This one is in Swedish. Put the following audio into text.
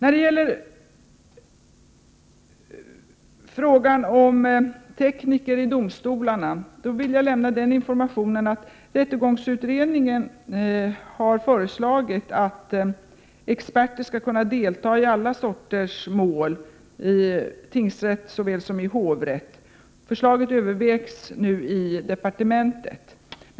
Då det gäller frågan om tekniker i domstolarna vill jag lämna den informationen att rättegångsutredningen har föreslagit att experter skall kunna delta i alla sorters mål såväl i tingsrätt som i hovrätt. Förslaget övervägs nu i departementet.